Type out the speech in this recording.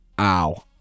Ow